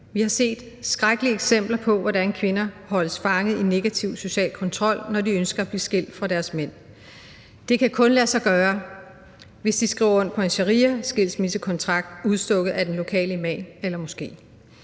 Vi har set skrækkelige eksempler på, hvordan kvinder holdes fanget i negativ social kontrol, når de ønsker at blive skilt fra deres mænd. Det kan kun lade sig gøre, hvis de skriver under på en shariaskilsmissekontrakt udstukket af den lokale imam eller moské.